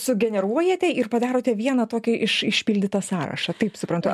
sugeneruojate ir padarote vieną tokį išpildytą sąrašą taip suprantu